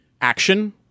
action